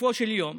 בסופו של יום,